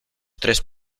tres